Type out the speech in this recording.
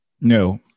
No